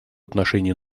отношении